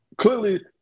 Clearly